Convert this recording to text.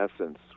essence